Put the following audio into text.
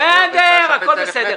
בסדר, הכול בסדר.